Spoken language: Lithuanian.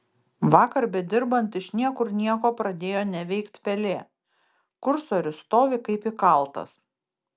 vakar bedirbant iš niekur nieko pradėjo neveikt pelė kursorius stovi kaip įkaltas